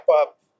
up